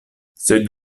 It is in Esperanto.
sed